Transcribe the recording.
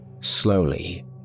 Slowly